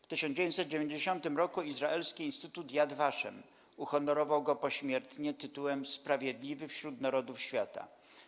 W 1990 r. izraelski instytut Yad Vashem uhonorował go pośmiertnie tytułem Sprawiedliwy wśród Narodów Świata.